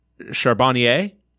Charbonnier